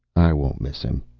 i won't miss him,